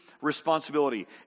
responsibility